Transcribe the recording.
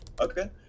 Okay